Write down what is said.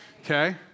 Okay